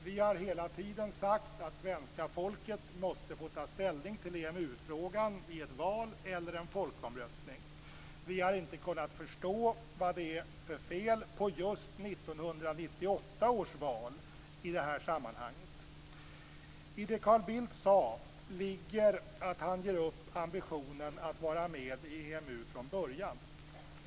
Vi har hela tiden sagt att svenska folket måste få ta ställning till EMU-frågan i ett val eller i en folkomröstning. Vi har inte kunnat förstå vad det är för fel på just 1998 års val i det sammanhanget. I det som Carl Bildt sade ligger att han ger upp ambitionen att vara med i EMU från början.